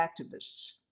activists